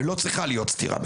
ולא צריכה להיות סתירה.